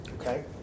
Okay